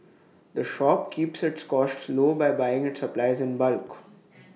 the shop keeps its costs low by buying its supplies in bulk